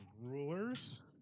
rulers